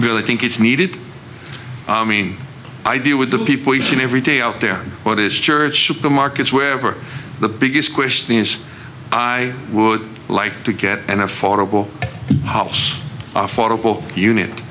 i think it's needed i mean i deal with the people you see every day out there what is church supermarkets wherever the biggest question is i would like to get an affordable house affordable unit